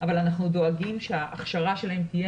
אבל אנחנו דואגים שההכשרה שלהם תהיה